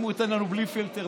אם הוא ייתן לנו בלי פילטר,